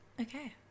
Okay